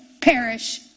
perish